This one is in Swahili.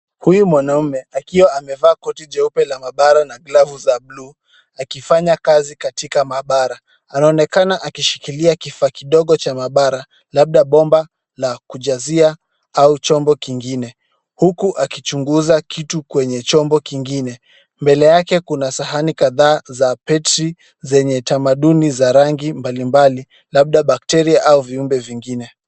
Huyu mwanaume akiwa amevaa koti jeupe la maabara na glavu za blue akifanya kazi katika maabara. Anaonekana akishikilia kifaa kidogo cha maabara labda bomba la kujazia au chombo kingine huku akichunguza kitu kwenye chombo kingine. Mbele yake kuna sahani kadhaa za betri zenye tamaduni za rangi mbalimbali labda bakteria au viumbe vingine.